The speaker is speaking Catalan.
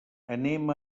anem